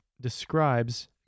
describes